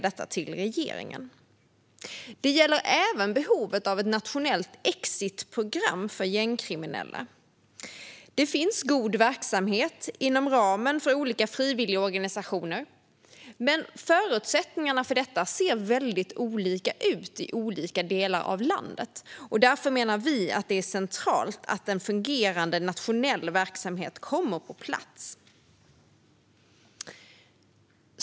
Det gäller även behovet av ett nationellt exitprogram för gängkriminella. Det finns god verksamhet inom ramen för olika frivilligorganisationer, men förutsättningarna för detta ser väldigt olika ut i olika delar av landet. Därför menar vi att det är centralt att en fungerande nationell verksamhet kommer på plats.